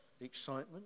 excitement